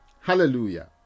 hallelujah